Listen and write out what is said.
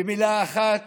ומילה אחת